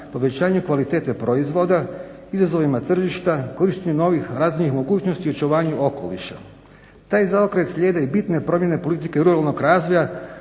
povećanju kvalitete proizvoda, izazovima tržišta, korištenje novih razvojnih mogućnosti i očuvanju okoliša. Taj zaokret slijede i bitne promjene politike ruralnog razvoja